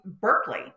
Berkeley